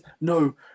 no